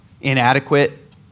inadequate